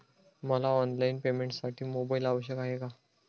मला ऑनलाईन पेमेंटसाठी मोबाईल आवश्यक आहे का?